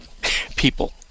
people